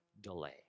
delay